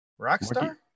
Rockstar